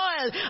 oil